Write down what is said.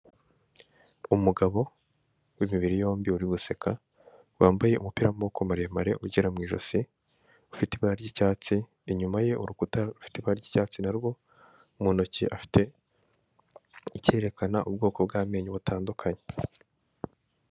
Umugabo w'imibiri yombi uri guseka wambaye umupira w'amaboko maremare ugera mu ijosi ,ufite ibara ry'icyatsi inyuma ye urukuta rufite ibara ry'cyatsi narwo mu ntoki afite icyerekana ubwoko bw'amenyo butandukanye.